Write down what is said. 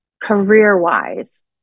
career-wise